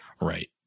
Right